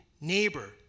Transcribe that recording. neighbor